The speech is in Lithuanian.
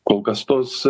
kol kas tos